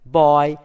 boy